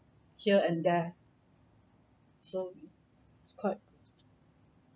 here and there so is quite